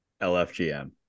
LFGM